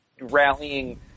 rallying